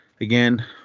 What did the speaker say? again